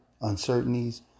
uncertainties